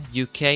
UK